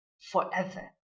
Forever